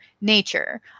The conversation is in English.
nature